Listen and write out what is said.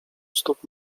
stóp